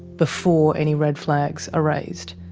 before any red flags are raised.